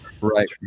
right